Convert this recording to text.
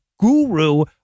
guru